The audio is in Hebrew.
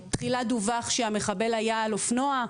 תחילה דווח שהמחבל היה על אופנוע,